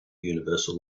universal